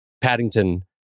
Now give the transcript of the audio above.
Paddington